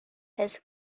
his